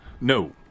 No